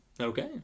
Okay